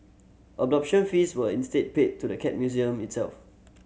adoption fees were instead paid to the Cat Museum itself